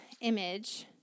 image